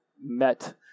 met